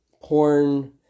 porn